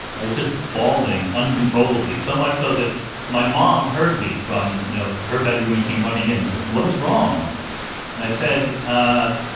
i was just bawling uncontrollably, so much so that my mom heard me from you know her bedroom and came running in, saying, what is wrong? and i said, ah